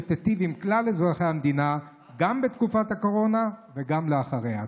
שתיטיב עם כלל אזרחי המדינה גם בתקופת הקורונה וגם אחריה.